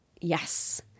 Yes